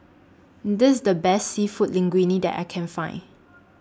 This IS The Best Seafood Linguine that I Can Find